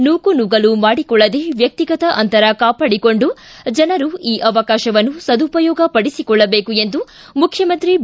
ನುಕೂನುಗ್ಗಲು ಮಾಡಿಕೊಳ್ಳದೇ ವ್ವಿತಿಗತ ಅಂತರ ಕಾಪಾಡಿಕೊಂಡು ಜನರು ಈ ಅವಕಾಶವನ್ನು ಸದುಪಯೋಗ ಪಡಿಸಿಕೊಳ್ಳಬೇಕು ಎಂದು ಮುಖ್ಯಮಂತ್ರಿ ಬಿ